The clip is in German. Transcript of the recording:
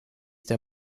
der